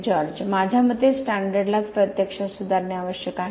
George माझ्या मते स्टँडर्डलाच प्रत्यक्षात सुधारणे आवश्यक आहे